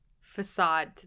facade